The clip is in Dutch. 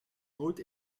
nooit